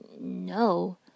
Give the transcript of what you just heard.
no